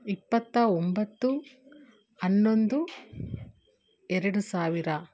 ಇಪ್ಪತ್ತ ಒಂಬತ್ತು ಹನ್ನೊಂದು ಎರಡು ಸಾವಿರ